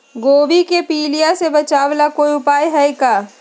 गोभी के पीलिया से बचाव ला कोई उपाय है का?